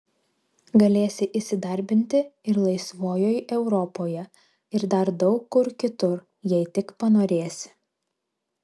galėsi įsidarbinti ir laisvojoj europoje ir dar daug kur kitur jei tik panorėsi